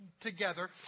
together